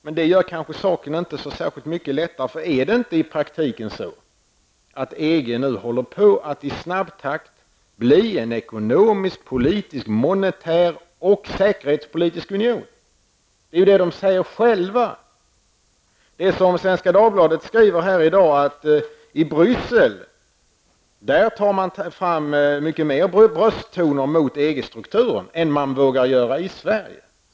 Men det gör kanske inte saken så mycket lättare -- är det inte i praktiken så att EG nu håller på att i snabb takt bli en ekonomisk, politisk, monitär och säkerhetspolitisk union? Det säger man själv. Det är så, som Svenska Dagbladet skriver i dag, att man i Bryssel tar fram mycket mer brösttoner mot EG-strukturen än man vågar göra i Sverige.